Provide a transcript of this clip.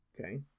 Okay